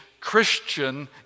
christian